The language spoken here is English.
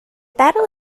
battle